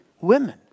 women